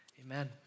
Amen